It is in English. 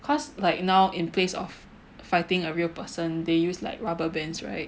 because like now in place of fighting a real person they use like rubber bands right